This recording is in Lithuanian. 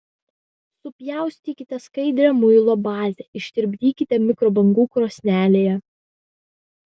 supjaustykite skaidrią muilo bazę ištirpdykite mikrobangų krosnelėje